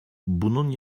bunun